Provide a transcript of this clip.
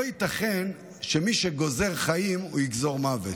לא ייתכן שמי שגוזר חיים הוא יגזור מוות,